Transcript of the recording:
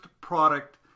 product